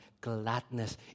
gladness